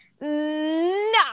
No